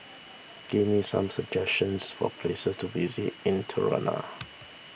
give me some suggestions for places to visit in Tirana